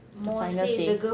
the final say